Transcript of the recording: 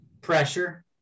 Pressure